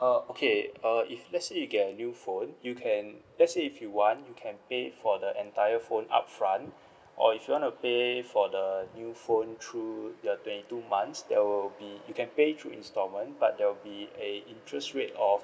uh okay uh if let's say you get a new phone you can let's say if you want you can pay for the entire phone upfront or if you want to pay for the new phone through the twenty two months that will be you can pay through instalment but there will be a interest rate of